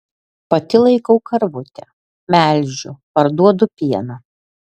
pati laikau karvutę melžiu parduodu pieną